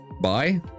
Bye